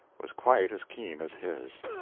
was quite as keen as his.